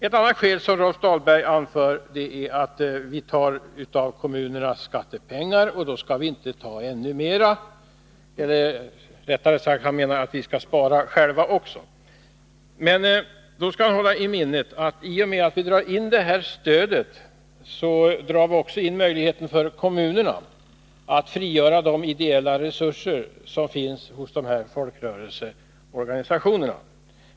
Ett annat skäl som Rolf Dahlberg anför är att vi tar av kommunernas skattepengar, och då skall vi själva också spara. Men vi skall hålla i minnet att i och med att vi drar in detta stöd så drar vi också in möjligheten för kommunerna att frigöra de ideella resurser som finns hos dessa folkrörelseorganisationer.